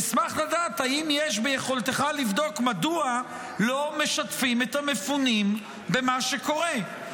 אשמח לדעת אם יש ביכולתך לבדוק מדוע לא משתפים את המפונים במה שקורה,